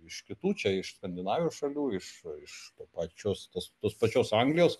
iš kitų čia iš skandinavijos šalių iš iš to pačios tos pačios anglijos